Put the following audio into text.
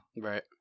Right